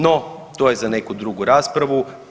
No, to je za neku drugu raspravu.